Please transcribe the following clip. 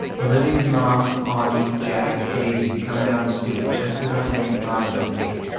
olivia's mom, auggie, jack, and daisy come down the stoop just as i'm saying goodbye to olivia.